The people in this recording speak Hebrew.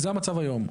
זה המצב היום.